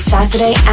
Saturday